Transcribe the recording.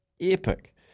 epic